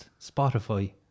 Spotify